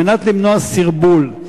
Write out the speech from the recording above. כדי למנוע סרבול,